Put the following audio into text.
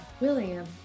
William